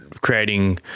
creating